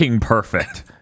perfect